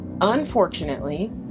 Unfortunately